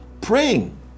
praying